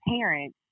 parents